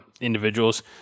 individuals